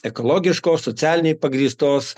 ekologiškos socialinei pagrįstos